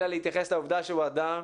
אלא להתייחס לעובדה שהוא אדם.